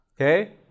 Okay